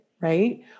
right